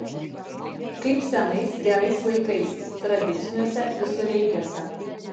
kaip senais gerais laikais tradiciniuose visureigiuose